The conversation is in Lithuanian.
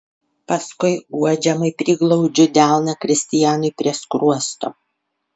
paskui guodžiamai priglaudžiu delną kristianui prie skruosto